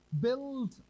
Build